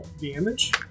damage